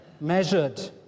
measured